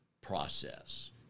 process